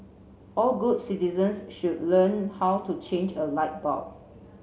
all good citizens should learn how to change a light bulb